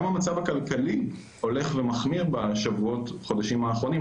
גם המצב הכלכלי הולך ומחמיר בחודשים האחרונים.